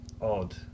odd